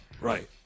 Right